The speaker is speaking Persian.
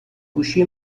گوشی